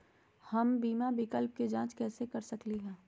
हम बीमा विकल्प के जाँच कैसे कर सकली ह?